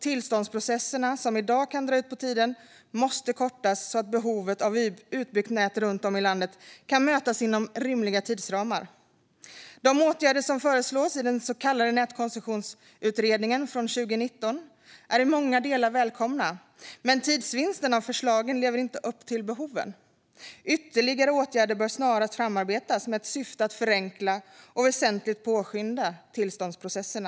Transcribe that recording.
Tillståndsprocesserna, som i dag kan dra ut på tiden, måste kortas så att behovet av utbyggt nät runt om i landet kan mötas inom rimliga tidsramar. De åtgärder som föreslås i den så kallade Nätkoncessionsutredningen från 2019 är i många delar välkomna, men den tidsvinst förslagen skulle ge lever inte upp till behoven. Ytterligare åtgärder bör snarast framarbetas i syfte att förenkla och väsentligen påskynda tillståndsprocesserna.